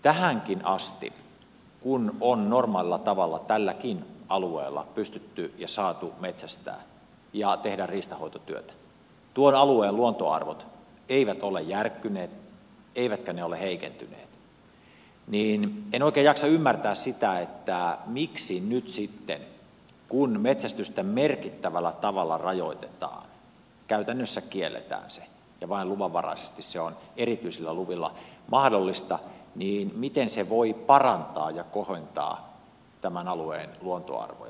tähänkään mennessä kun on normaalilla tavalla tälläkin alueella pystytty metsästämään ja saatu metsästää ja tehdä riistanhoitotyötä tuon alueen luontoarvot eivät ole järkkyneet eivätkä ne ole heikentyneet joten en oikein jaksa ymmärtää sitä miten nyt sitten se kun metsästystä merkittävällä tavalla rajoitetaan käytännössä se kielletään vain luvanvaraisesti se on erityisillä luvilla mahdollista voi parantaa ja kohentaa tämän alueen luontoarvoja